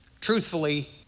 truthfully